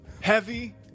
Heavy